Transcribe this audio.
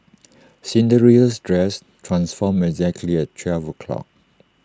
Cinderella's dress transformed exactly at twelve o'clock